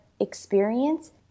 experience